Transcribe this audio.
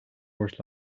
borst